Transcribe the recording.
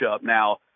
Now